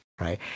Right